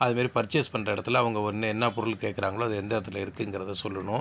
அது மாதிரி பர்ச்சேஸ் பண்ணுற இடத்துல அவங்க ஒன்று என்ன பொருள் கேட்கறாங்களோ அது எந்த இடத்துல இருக்குங்கிறத சொல்லணும்